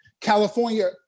California